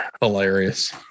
Hilarious